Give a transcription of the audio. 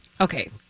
Okay